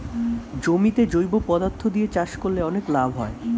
জমিতে জৈব পদার্থ দিয়ে চাষ করলে অনেক লাভ হয়